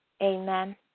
amen